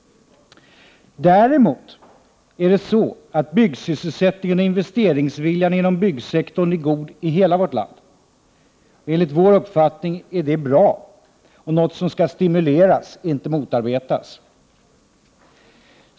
Däremot är det så att byggsysselsättningen och investeringsviljan inom byggsektorn är god i hela vårt land. Enligt vår uppfattning är detta bra och något som skall stimuleras, inte motarbetas.